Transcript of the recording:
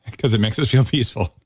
because it makes us feel peaceful.